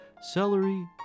Celery